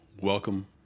welcome